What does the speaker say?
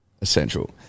Essential